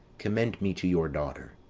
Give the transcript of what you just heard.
commend me to your daughter.